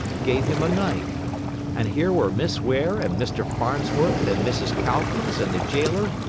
gave him a knife and here were miss ware and mr. farnsworth and mrs. calkins and the jailer,